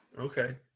Okay